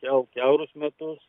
kelt kiaurus metus